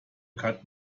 cut